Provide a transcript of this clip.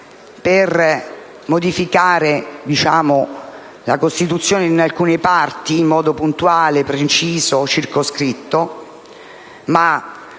per modificare la Costituzione in alcune parti in modo puntuale, preciso e circoscritto (ma